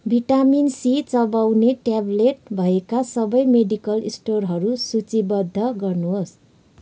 vitamin C चबाउने tablet भएका सबै मेडिकल स्टोरहरू सूचीबद्ध गर्नुहोस्